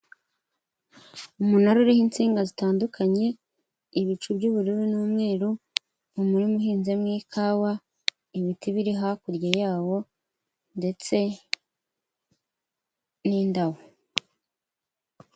Umunara uriho insinga zitandukanye, ibicu by'ubururu n'umweru umurima uhinze mo ikawa ibiti biri hakurya yawo ndetse n'indabo.